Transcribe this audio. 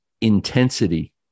intensity